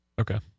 Okay